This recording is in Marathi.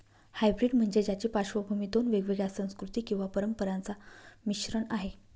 हायब्रीड म्हणजे ज्याची पार्श्वभूमी दोन वेगवेगळ्या संस्कृती किंवा परंपरांचा मिश्रण आहे